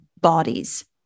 bodies